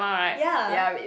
ya